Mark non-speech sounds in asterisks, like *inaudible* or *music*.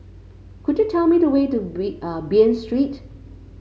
could you tell me the way to *unintelligible* Bain Street